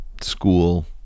school